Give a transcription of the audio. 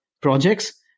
projects